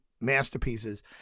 masterpieces